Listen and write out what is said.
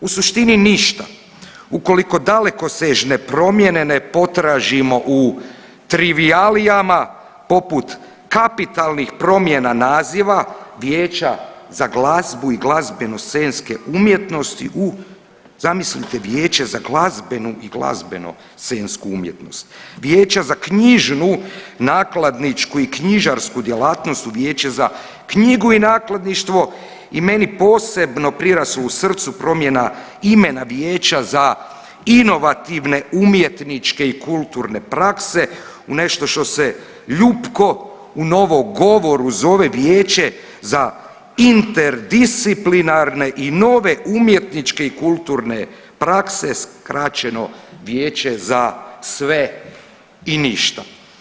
U suštini ništa. ukoliko dalekosežne promjene ne potražimo u trivijalijama poput kapitalnih promjena naziva vijeća za glazbu i glazbeno scenske umjetnosti u zamislite u Vijeća za glazbenu i glazbeno scensku umjetnost, Vijeća za knjižnu, nakladničku i knjižarsku djelatnost u Vijeće za knjigu i nakladništvo i meni posebno priraslu srcu promjena imena Vijeća za inovativne, umjetničke i kulturne prakse u nešto što se ljupko u novogovoru zove Vijeće za interdisciplinarne i nove umjetničke i kulturne prakse skraćeno vijeće za sve i ništa.